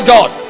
God